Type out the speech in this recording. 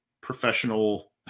professional